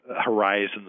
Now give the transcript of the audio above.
horizons